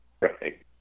Right